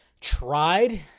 tried